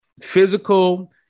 physical